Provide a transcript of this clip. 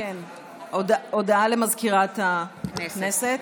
הודעה למזכירת הכנסת.